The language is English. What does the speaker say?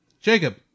Jacob